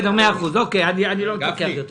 מאה אחוז, אני לא מתווכח יותר.